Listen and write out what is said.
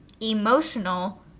emotional